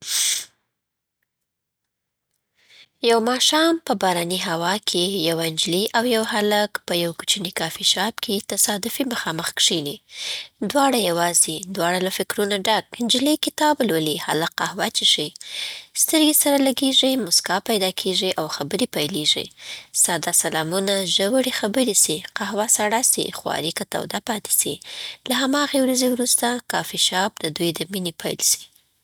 یو ماښام، په باراني هوا کې، یوه نجلۍ او یو هلک په یوه کوچني کافی‌شاپ کې تصادفي مخامخ کښینی، دواړه یوازې، دواړه له فکرونو ډک. نجلۍ کتاب لولي، هلک قهوه چشی. سترګې سره لګېږي، موسکا پیدا کېږي، او خبرې پیلېږي. ساده سلامونه ژورې خبرې سي. قهوه سړه سي، خو اړیکه توده پاتې سي. له هماغې ورځې وروسته، کافی‌شاپ د دوی د مینې پیل سي.